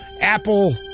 Apple